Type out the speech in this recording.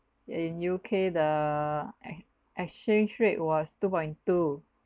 in U_K the ex~ exchange rate was two point two